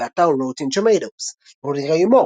באתר Rotten Tomatoes רודי ריי מור,